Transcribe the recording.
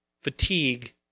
fatigue